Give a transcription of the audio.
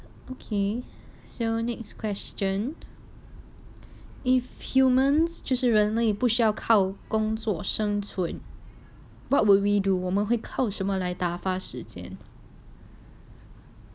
okay so next question if humans 就是人类不需要靠工作生存 what would we do 我们会靠什么来打发时间